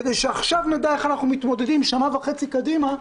כדי שעכשיו נדע איך אנחנו מתמודדים שנה וחצי קדימה,